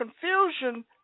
confusion